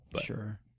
Sure